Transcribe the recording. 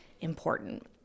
important